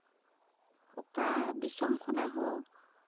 ᱚᱠᱟ ᱫᱤᱥᱚᱢ ᱠᱷᱚᱱᱟᱜ ᱦᱚᱸ